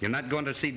you're not going to see